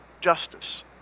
justice